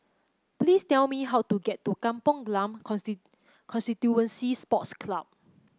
please tell me how to get to Kampong Glam Constituency Sports Club